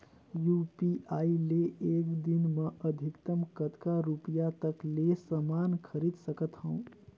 UPI ले एक दिन म अधिकतम कतका रुपिया तक ले समान खरीद सकत हवं?